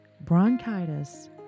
bronchitis